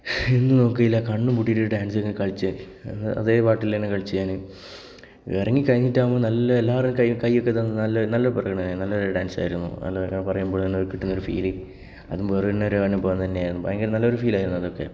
ഒന്നും നോക്കിയില്ല കണ്ണും പൂട്ടിയിട്ട് ഒരു ഡാൻസ് അങ്ങ് കളിച്ചു അതെ പാട്ടിൽ തന്നെ കളിച്ച് ഞാൻ ഇറങ്ങി കഴിഞ്ഞിട്ടാവുമ്പോൾ നല്ല എല്ലാവരും കൈ കയ്യൊക്കെ തന്ന് നല്ലൊരു നല്ല പ്രകടനായിരുന്നു നല്ലൊരു ഡാൻസ് ആയിരുന്നു എന്ന് എല്ലാവരും പറയുമ്പോൾ കിട്ടുന്ന ഒരു ഫീല് അത് വേറെ തന്നെ ഒരു അനുഭവം തന്നെയായിരുന്നു നല്ലൊരു ഫീലായിരുന്നു അതൊക്കെ